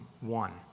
one